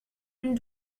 une